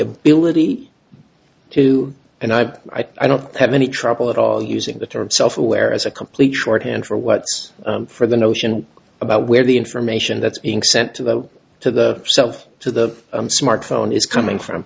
ability to and i but i don't have any trouble at all using the term self aware as a complete shorthand for what's for the notion about where the information that's being sent to the to the self to the smartphone is coming from